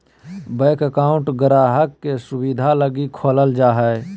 bank account गाहक़ के सुविधा लगी खोलल जा हय